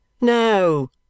No